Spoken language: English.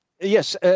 Yes